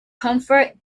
comfort